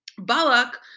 Balak